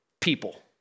People